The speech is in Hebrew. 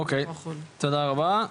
אוקיי תודה רבה.